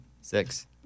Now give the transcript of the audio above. Six